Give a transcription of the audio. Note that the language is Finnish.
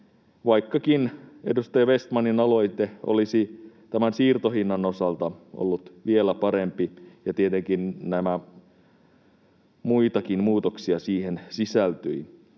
vaikkakin edustaja Vestmanin aloite olisi tämän siirtohinnan osalta ollut vielä parempi, ja tietenkin muitakin muutoksia siihen sisältyi.